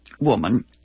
woman